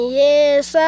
yes